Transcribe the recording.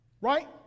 right